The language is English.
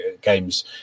games